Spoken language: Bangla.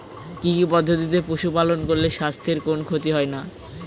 কি কি পদ্ধতিতে পশু পালন করলে স্বাস্থ্যের কোন ক্ষতি হয় না?